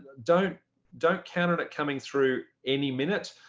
don't don't count on it coming through any minute.